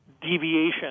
deviation